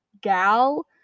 gal